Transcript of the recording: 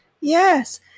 Yes